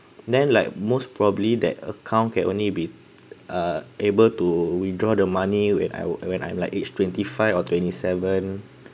then like most probably that account can only be uh able to withdraw the money when I w~ when I'm like aged twenty five or twenty seven